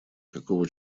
какого